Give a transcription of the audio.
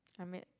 I met